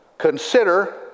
Consider